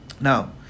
Now